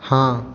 हँ